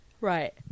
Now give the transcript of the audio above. Right